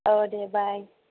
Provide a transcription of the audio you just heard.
औ दे बाय